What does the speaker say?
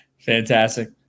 fantastic